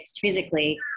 physically